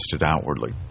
outwardly